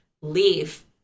leave